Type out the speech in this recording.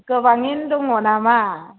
गोबाङैनो दङ नामा